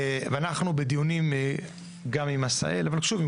ואנחנו בדיונים גם עם עשהאל ,ושוב עם